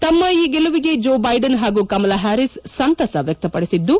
ತಮ್ಮ ಈ ಗೆಲುವಿಗೆ ಜೋ ಬೈಡನ್ ಹಾಗೂ ಕಮಲಾ ಹ್ಯಾರೀಸ್ ಸಂತಸ ವ್ಯಕ್ತಪಡಿಸಿದ್ದು